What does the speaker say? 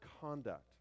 conduct